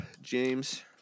James